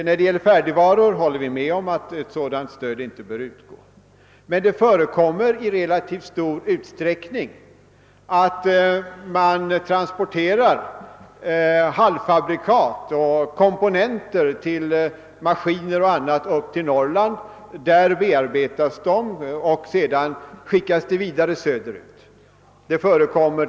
När det gäller färdigvaror håller vi med om att ett sådant stöd inte bör lämnas, men det förekommer i relativt stor utsträckning att halvfabrikat och komponenter exempelvis till maskiner transporteras upp till Norrland, bearbetas där och sedan skickas vidare söderut.